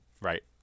Right